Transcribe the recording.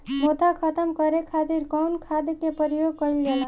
मोथा खत्म करे खातीर कउन खाद के प्रयोग कइल जाला?